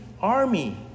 army